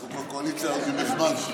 אנחנו כבר קואליציה מזמן.